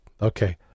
Okay